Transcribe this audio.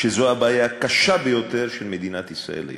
שזו הבעיה הקשה ביותר של מדינת ישראל היום.